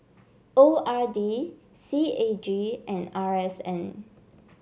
O R D C A G and R S N